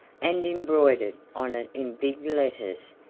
and embroidered on it in big letters,